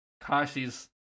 Kashi's